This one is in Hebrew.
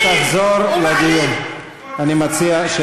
חבר הכנסת טיבי,